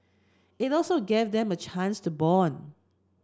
it also gave them a chance to bond